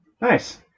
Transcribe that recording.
Nice